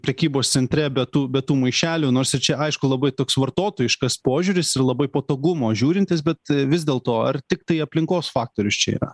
prekybos centre be tų be tų maišelių nors ir čia aišku labai toks vartotojiškas požiūris labai patogumo žiūrintis bet vis dėl to ar tiktai aplinkos faktorius čia yra